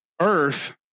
Earth